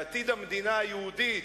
לעתיד המדינה היהודית,